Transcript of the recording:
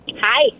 Hi